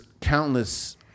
countless